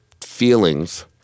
Feelings